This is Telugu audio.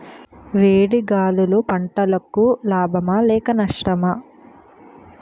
వేడి గాలులు పంటలకు లాభమా లేక నష్టమా?